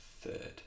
third